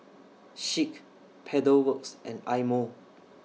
Schick Pedal Works and Eye Mo